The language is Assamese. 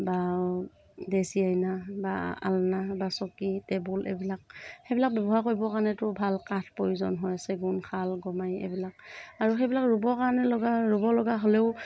বা ডেচি আইনা বা আলনা বা চকী টেবুল এইবিলাক সেইবিলাক ব্য়ৱহাৰ কৰিব কাৰণেতো ভাল কাঠ প্ৰয়োজন হয় চেগুন শাল গমাৰি এইবিলাক আৰু সেইবিলাক ৰুবৰ কাৰণে লগা ৰুব লগা হ'লেও